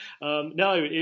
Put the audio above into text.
No